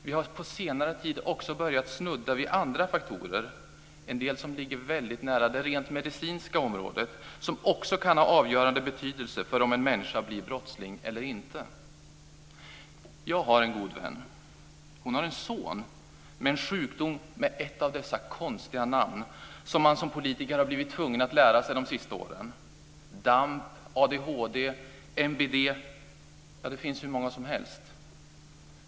Vi har på senare tid också börjat snudda vid andra faktorer, en del som ligger väldigt nära det rent medicinska området och som också kan ha avgörande betydelse för om en människa blir brottsling eller inte. Jag har en god vän. Hon har en son med en sjukdom med ett av dessa konstiga namn som man som politiker har blivit tvungen att lära sig de sista åren - DAMP, ADHD, MBD; det finns hur många som helst.